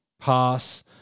pass